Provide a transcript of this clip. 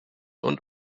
und